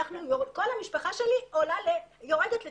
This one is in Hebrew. כל המשפחה שלי יורדת לטמיון.